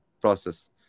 process